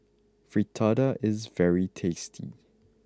Fritada is very tasty